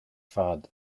fad